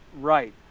Right